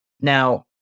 Now